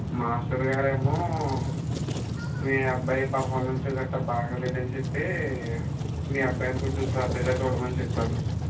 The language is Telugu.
మాస్టర్గారేమో మీ అబ్బాయి పర్ఫామెన్స్ గట్రా బాగాలేదని చెప్పి మీ అబ్బాయిని కొంచెం శ్రద్ధగా చూడమని చెప్పారు